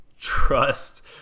trust